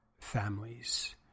families